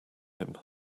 him